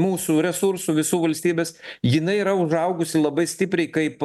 mūsų resursų visų valstybės jinai yra užaugusi labai stipriai kaip